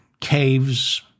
caves